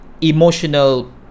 emotional